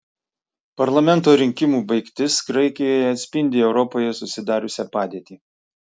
parlamento rinkimų baigtis graikijoje atspindi europoje susidariusią padėtį